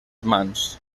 mans